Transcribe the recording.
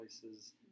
places